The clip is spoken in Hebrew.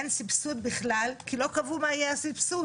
אין סבסוד בכלל, כי לא קבעו מה יהיה הסבסוד.